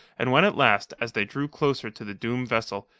and when at last, as they drew closer to the doomed vessel,